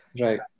Right